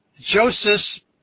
Joseph